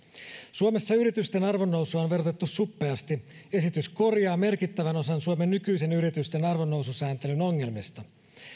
suomessa yritysten arvonnousua on verotettu suppeasti esitys korjaa merkittävän osan suomen nykyisen yritysten arvonnoususääntelyn ongelmista